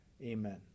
Amen